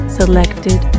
selected